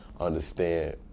Understand